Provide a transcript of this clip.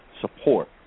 support